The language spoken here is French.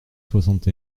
soixante